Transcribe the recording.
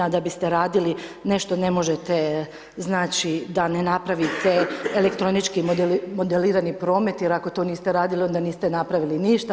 A da biste radili nešto ne možete znači da ne napravite elektronički modelirani promet jer ako to niste radili onda niste napravili ništa.